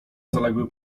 zaległy